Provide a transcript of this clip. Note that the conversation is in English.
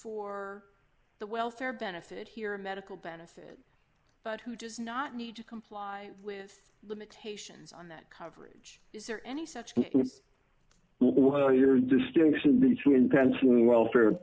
for the welfare benefit here medical benefits but who does not need to comply with limitations on that coverage is there any such will your distinction between penciling welfare